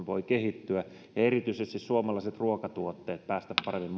voi kehittyä ja ja erityisesti suomalaiset ruokatuotteet voivat päästä paremmin